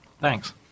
Thanks